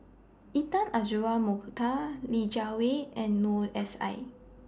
Intan Azura Mokhtar Li Jiawei and Noor S I